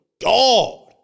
God